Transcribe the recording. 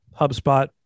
HubSpot